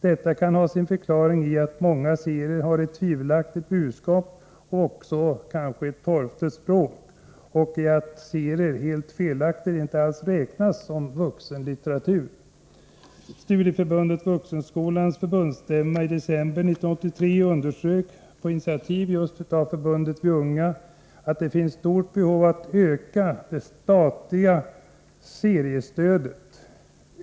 Detta kan ha sin förklaring i att många serier har ett tvivelaktigt budskap och kanske även ett torftigt språk samt i att serier — helt felaktigt — inte alls räknas som vuxenlitteratur. Studieförbundet Vuxenskolans förbundsstämma underströk i december 1983, på initiativ just av Förbundet Vi unga, att det finns stort behov av att öka det statliga seriestödet.